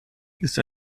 ist